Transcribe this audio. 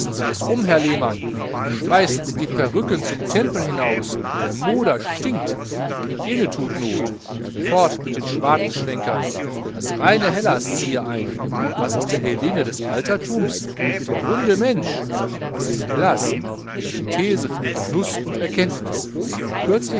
sie es um herr lehmann schmeißen sie die perrücken zum tempel hinaus der moder stinkt hygiene thut not fort mit den schwartenschwenkern das reine hellas ziehe ein und was ist der hellene des altertums der runde mensch was ist hellas die synthese von genuß und erkenntnis